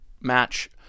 match